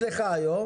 התשע"ט 2019,